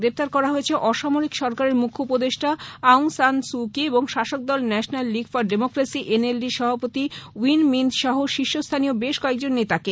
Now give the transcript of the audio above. গ্রেপ্তার করা হয়েছে অসামরিক সরকারের মুখ্য উপদেষ্টা আউং সান সুকি এবং শাসকদল national league for democracy NLD র সভাপতি উইন মিন্ত সহ শীর্ষ স্থানীয় বেশ কয়েকজন নেতাকে